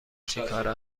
چیکاره